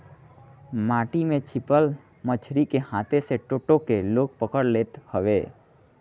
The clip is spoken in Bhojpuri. माटी में छिपल मछरी के हाथे से टो टो के लोग पकड़ लेत हवे